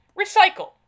Recycle